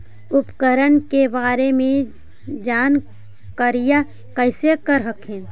उपकरण के बारे जानकारीया कैसे कर हखिन?